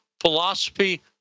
Philosophy